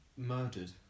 Murdered